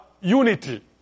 unity